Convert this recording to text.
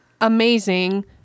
amazing